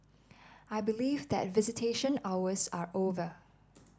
I believe that visitation hours are over